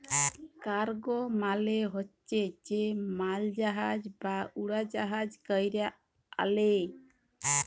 cargo মালে হছে যে মালজাহাজ বা উড়জাহাজে ক্যরে আলে